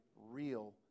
real